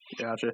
Gotcha